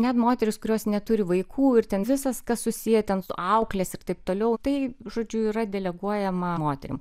net moterys kurios neturi vaikų ir ten visas kas susiję ten su auklės ir taip toliau tai žodžiu yra deleguojama moterim